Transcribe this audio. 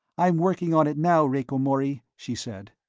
i'm working on it now, rieko mori, she said.